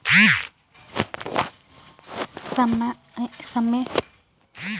समे पुरे कर पहिले ए आवरती जमा खाता ले पइसा नी हिंकालल जाए सके